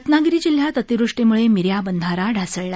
रत्नागिरी जिल्ह्यात अतिवृष्टीमुळे मिऱ्या बंधारा ढासळला